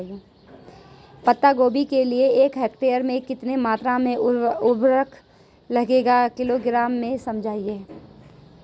पत्ता गोभी के लिए एक हेक्टेयर में कितनी मात्रा में उर्वरक लगेगा किलोग्राम में समझाइए?